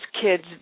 kids